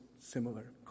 similar